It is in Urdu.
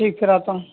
ٹھیک سر آتا ہوں